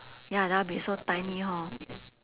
ya then I would be so tiny hor